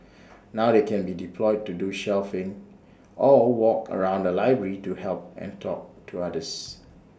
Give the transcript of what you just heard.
now they can be deployed to do shelving or walk around the library to help and talk to others